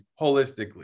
holistically